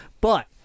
but-